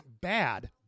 bad